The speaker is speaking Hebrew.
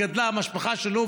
גדלה המשפחה שלו,